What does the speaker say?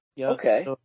Okay